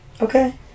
Okay